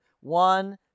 one